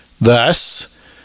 Thus